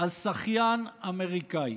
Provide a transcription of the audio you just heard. על שחיין אמריקאי